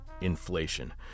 inflation